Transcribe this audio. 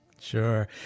Sure